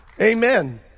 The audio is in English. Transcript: Amen